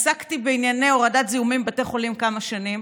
עסקתי בענייני הורדת זיהומים בבתי חולים כמה שנים,